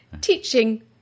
teaching